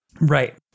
Right